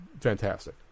fantastic